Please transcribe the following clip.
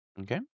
okay